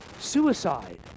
suicide